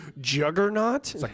juggernaut